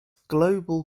global